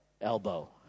elbow